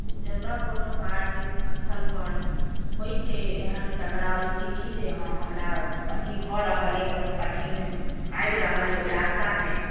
जतय कोनो कार्यस्थलपर होइत छै एहन टकराव स्थिति जे हँ हमरा अथी भऽ रहल अइ कोनो कठिन आबि रहल अइ ओहि रास्तामे